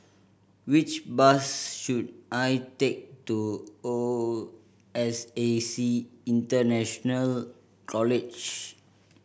which bus should I take to O S A C International College